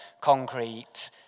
concrete